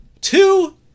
two